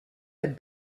have